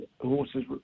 horses